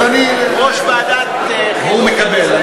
אז אני, יושב-ראש ועדת החינוך, הוא מקבל.